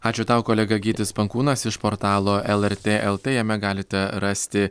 ačiū tau kolega gytis pankūnas iš portalo lrt lt jame galite rasti